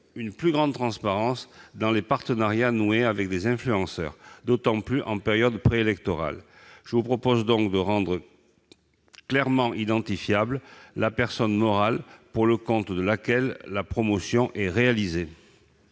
une plus grande transparence dans les partenariats noués avec des influenceurs, surtout en période préélectorale. Je propose donc de rendre clairement identifiable la personne morale pour le compte de laquelle la promotion est réalisée.